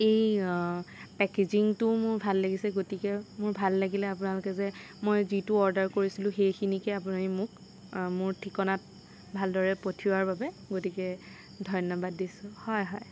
এই পেকেজিংটোও মোৰ ভাল লাগিছে গতিকে মোৰ ভাল লাগিলে আপোনালোকে যে মই যিটো অৰ্ডাৰ কৰিছিলোঁ সেইখিনিকে আপুনি মোক মোৰ ঠিকনাত ভালদৰে পঠিয়োৱাৰ বাবে গতিকে ধন্য়বাদ দিছোঁ হয় হয়